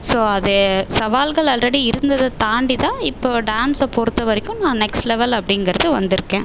so அது சவால்கள் already இருந்ததை தாண்டி தான் இப்போது டான்ஸை பொருத்த வரைக்கும் நான் நெக்ஸ்ட் லெவல் அப்படிங்கறது வந்துருக்கேன்